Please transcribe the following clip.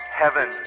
heaven